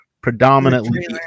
predominantly